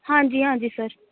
ਹਾਂਜੀ ਹਾਂਜੀ ਸਰ